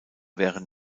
werden